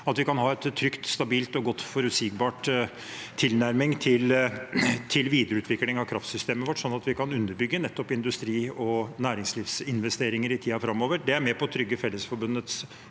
at vi kan ha en trygg, stabil og god forutsigbar tilnærming til videreutvikling av kraftsystemet vårt, sånn at vi kan underbygge nettopp industri- og næringslivsinvesteringer i tiden framover. Det er med på å trygge Fellesforbundets